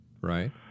Right